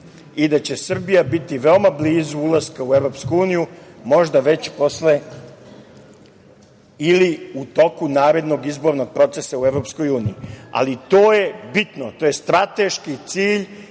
i da će Srbija biti veoma blizu ulaska u EU, možda već posle ili u toku narednog izbornog procesa u EU. Ali, to je bitno, to je strateški cilj